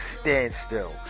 standstill